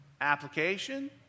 application